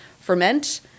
ferment